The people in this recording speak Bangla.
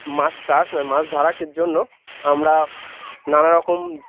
মাছ চাষ নয় মাছ ধরাকে জন্য আমরা নানারকম